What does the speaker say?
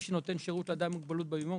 שנותן שירות לאדם עם מוגבלות ביום-יום,